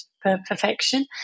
perfection